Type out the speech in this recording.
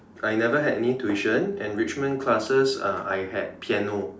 I never had any tuition enrichment classes uh I had piano